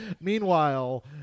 Meanwhile